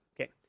Okay